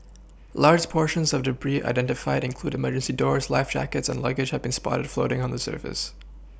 large portions of debris identified include the emergency doors life jackets and luggage have been spotted floating on the surface